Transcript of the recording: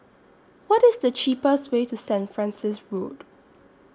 What IS The cheapest Way to Saint Francis Road